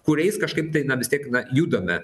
kuriais kažkaip tai na vis tiek na judame